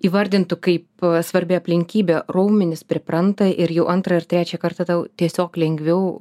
įvardintų kaip svarbi aplinkybė raumenys pripranta ir jau antrą ir trečią kartą tau tiesiog lengviau